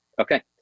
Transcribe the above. okay